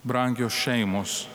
brangios šeimos